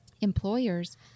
employers